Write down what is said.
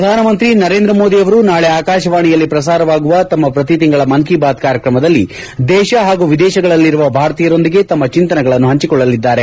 ಪ್ರಧಾನಮಂತ್ರಿ ನರೇಂದ್ರ ಮೋದಿ ಅವರು ನಾಳೆ ಆಕಾಶವಾಣಿಯಲ್ಲಿ ಪ್ರಸಾರವಾಗುವ ತಮ್ಮ ಪ್ರತಿ ತಿಂಗಳ ಮನ್ ಕೀ ಬಾತ್ ಕಾರ್ಯಕ್ರಮದಲ್ಲಿ ದೇಶ ಹಾಗೂ ವಿದೇಶಗಳಲ್ಲಿರುವ ಭಾರತೀಯರೊಂದಿಗೆ ತಮ್ಮ ಚಿಂತನೆಗಳನ್ನು ಪಂಚಿಕೊಳ್ಳಲಿದ್ದಾರೆ